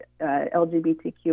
LGBTQ